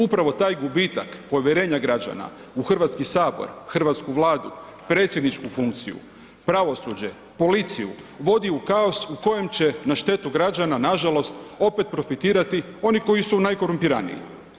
Upravo taj gubitak povjerenja građana u Hrvatski sabor, hrvatsku Vladu, predsjedničku funkciju, pravosuđe, policiju, vodi u kaos u kojem će na štetu građana, nažalost, opet profitirati oni koji su najkorumpiraniji.